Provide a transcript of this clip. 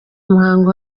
muhango